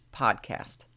podcast